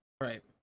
Right